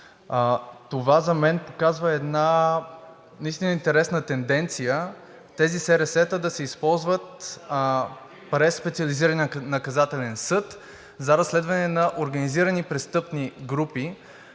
Това за мен показва една наистина интересна тенденция тези СРС-та да се използват през Специализирания наказателен съд за разследвания на организирани престъпни групи.